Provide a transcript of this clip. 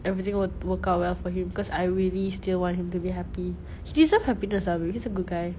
everything will work out well for him because I really still want him to be happy he deserve happiness ah babe he's a good guy